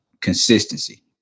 consistency